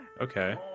Okay